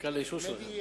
מחכה לאישור שלכם.